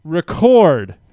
record